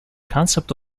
concept